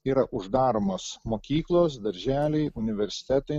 yra uždaromos mokyklos darželiai universitetai